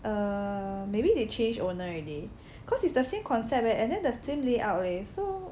err maybe they change owner already cause it's the same concept eh and then the same layout leh so